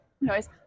noise